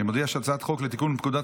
אני מודיע שהצעת חוק לתיקון פקודת